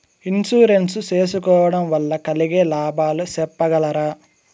Insurance సేసుకోవడం వల్ల కలిగే లాభాలు సెప్పగలరా?